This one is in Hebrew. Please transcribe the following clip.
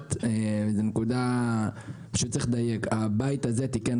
האחת זו נקודה שבה הוא צריך לדייק: הבית הזה תיקן